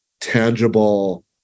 tangible